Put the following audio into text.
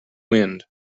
wind